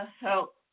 help